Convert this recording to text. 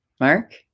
Mark